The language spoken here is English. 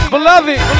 Beloved